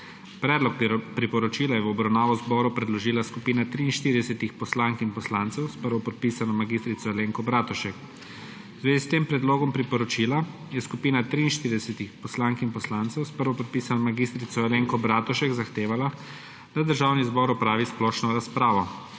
Predlog priporočila je v obravnavo zboru predložila skupina 43. poslank in poslancev s prvo podpirano mag. Alenko Bratušek. V zvezi s tem predlogom priporočila je skupina 43. poslank in poslancev s prvo podpisano mag. Alenko Bratušek zahtevala, da Državni zbor opravi splošno razpravo.